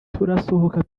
turasohoka